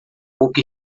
pouco